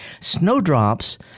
snowdrops